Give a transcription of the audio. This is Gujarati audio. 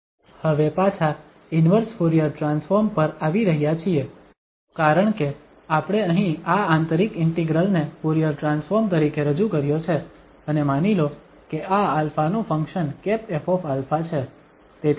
હવે પાછા ઇન્વર્સ ફુરીયર ટ્રાન્સફોર્મ પર આવી રહ્યાં છીએ કારણ કે આપણે અહીં આ આંતરિક ઇન્ટિગ્રલ ને ફુરીયર ટ્રાન્સફોર્મ તરીકે રજૂ કર્યો છે અને માની લો કે આ α નું ફંક્શન ƒα છે